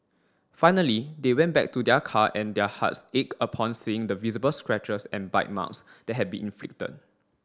finally they went back to their car and their hearts ached upon seeing the visible scratches and bite marks that had been inflicted